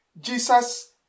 Jesus